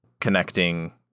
connecting